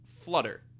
flutter